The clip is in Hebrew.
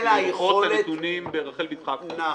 לה היכולת לראות את הנתונים ברחל בתך הקטנה.